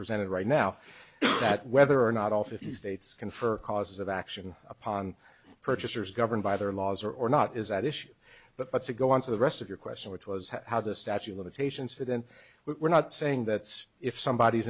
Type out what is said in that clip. presented right now that whether or not all fifty states confer causes of action upon purchasers governed by their laws or or not is at issue but to go on to the rest of your question which was how the statue of limitations for then we're not saying that if somebody